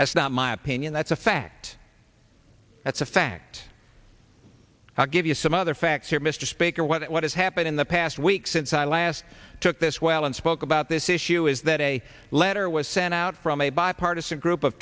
as not my opinion that's a fact that's a fact i'll give you some other facts here mr speaker what has happened in the past week since i last took this well and spoke about this issue is that a letter was sent out from a bipartisan group of